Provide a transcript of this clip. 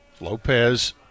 Lopez